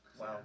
Wow